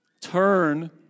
turn